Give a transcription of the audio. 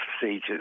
procedures